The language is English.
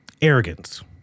Arrogance